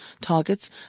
targets